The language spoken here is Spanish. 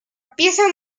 pieza